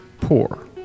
Poor